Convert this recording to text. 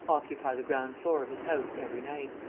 occupy the ground-floor of his house every night.